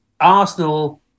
Arsenal